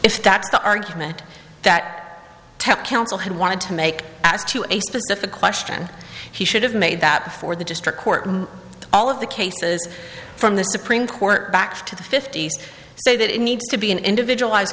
if that's the argument that temp counsel had wanted to make as to a specific question he should have made that before the district court all of the cases from the supreme court back to the fifty's say that it needs to be an individualized